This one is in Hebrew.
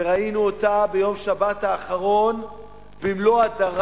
וראינו אותה ביום שבת האחרון במלוא הדרה.